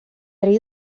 rei